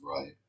Right